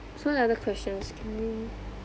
so the other questions can we